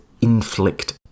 inflict